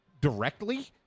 directly